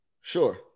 Sure